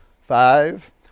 Five